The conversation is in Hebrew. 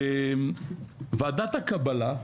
ועדת הקבלה,